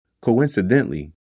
Coincidentally